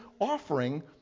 offering